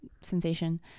sensation